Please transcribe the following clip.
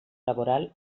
laboral